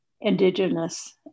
indigenous